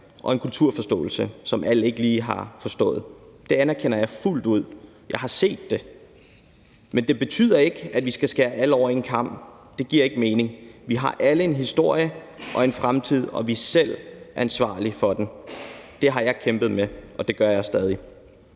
og en kulturforståelse, som alle ikke lige besidder. Det anerkender jeg fuldt ud. Jeg har set det. Men det betyder ikke, at vi skal skære alle over én kam. Det giver ikke mening. Vi har alle en historie og en fremtid, og vi er selv ansvarlige for den. Det har jeg kæmpet med, og det gør jeg stadig.